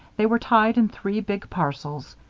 they were tied in three big parcels.